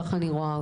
כך אני רואה אותך,